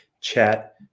Chat